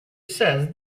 says